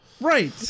right